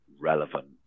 relevant